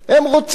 הם רוצים.